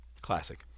Classic